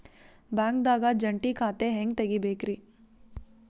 ಬ್ಯಾಂಕ್ದಾಗ ಜಂಟಿ ಖಾತೆ ಹೆಂಗ್ ತಗಿಬೇಕ್ರಿ?